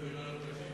ראש הממשלה.